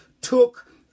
took